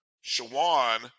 Shawan